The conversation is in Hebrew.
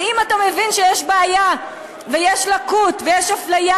ואם אתה מבין שיש בעיה ויש לקות ויש אפליה